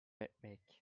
etmek